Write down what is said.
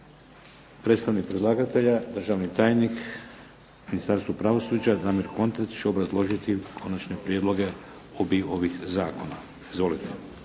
Predstavnik predlagatelja, državni tajnik u Ministarstvu pravosuđa Damir Kontrec će obrazložiti konačne prijedloge obiju ovih zakona. Izvolite.